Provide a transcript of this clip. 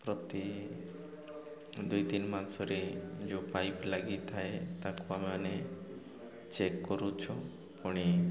ପ୍ରତି ଦୁଇ ତିନି ମାସରେ ଯେଉଁ ପାଇପ୍ ଲାଗିଥାଏ ତାକୁ ଆମେମାନେ ଚେକ୍ କରୁଛୁ ପୁଣି